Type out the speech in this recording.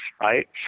right